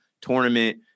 tournament